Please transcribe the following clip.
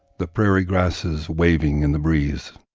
the prairie grasses waving in the breeze.